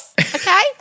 Okay